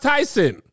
Tyson